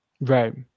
Right